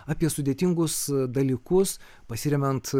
apie sudėtingus dalykus pasiremiant